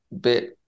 bit